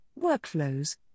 Workflows